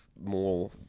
More